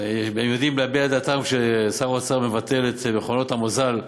והם יודעים להביע דעתם כששר האוצר מבטל את מכונות המזל,